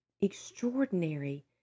extraordinary